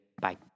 Bye